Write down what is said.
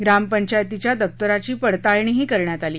ग्रामपंचायतीच्या दप्पराची पडताळणीही करण्यात आली